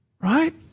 Right